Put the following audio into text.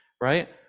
right